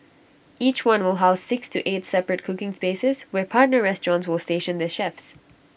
each one will house six to eight separate cooking spaces where partner restaurants will station their chefs